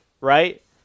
right